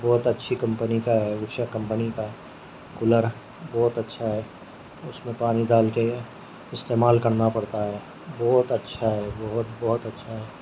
بہت اچھی کمپنی کا ہے اوشا کمپنی کا ہے کولر بہت اچھا ہے اس میں پانی ڈال کے استعمال کرنا پڑتا ہے بہت اچھا ہے بہت بہت اچھا ہے